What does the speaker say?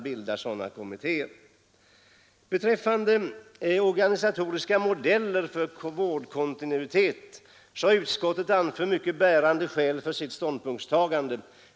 Beträffande förslaget om utarbetande av organisatoriska modeller för vårdkontinuitet har utskottet anfört mycket bärande skäl för sitt ståndpunktstagande.